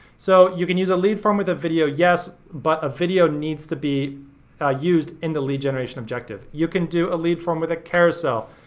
so you can use lead form with a video, yes, but a video needs to be ah used in the lead generation objective. you can do a lead form with a carousel,